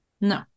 no